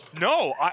No